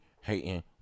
hating